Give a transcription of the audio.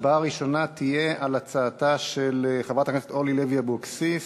ההצבעה הראשונה תהיה על הצעתה של חברת הכנסת אורלי לוי אבקסיס.